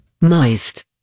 moist